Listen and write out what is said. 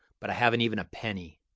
but i haven't even a penny.